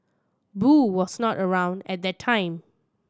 boo was not around at the time